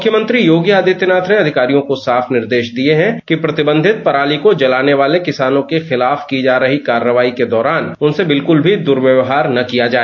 मुख्यमंत्री योगी आदित्यनाथ ने अधिकारियों को साफ निर्देश दिए हैं कि प्रतिबंधित पराली को जलाने वाले किसानों के खिलाफ की जा रही कार्रवाई के दौरान उनसे बिल्कुल भी दुर्व्यवहार न किया जाए